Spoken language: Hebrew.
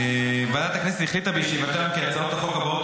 ועדת הכנסת החליטה בישיבתה היום כי הצעות החוק הבאות